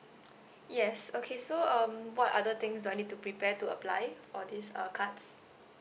yes okay so um what other things do I need to prepare to apply for this uh cards